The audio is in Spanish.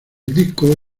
disco